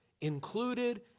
included